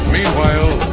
Meanwhile